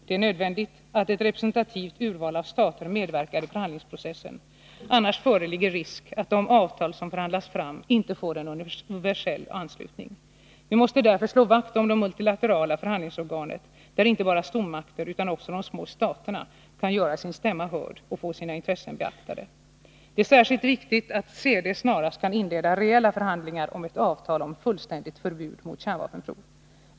Det är nödvändigt att ett representativt urval av stater medverkar i förhandlingsprocessen, annars föreligger risk för att de avtal som förhandlas fram inte får en universell anslutning. Vi måste därför slå vakt om det multilaterala förhandlingsorganet, där inte bara stormakterna utan också de små staterna kan göra sin stämma hörd och få sina intressen beaktade. Det är särskilt viktigt att CD snarast kan inleda reella förhandlingar om ett avtal om fullständigt förbud mot kärnvapenprov.